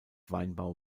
weinbau